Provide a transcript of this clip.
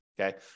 Okay